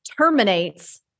terminates